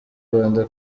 rwanda